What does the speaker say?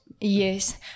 Yes